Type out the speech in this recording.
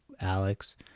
Alex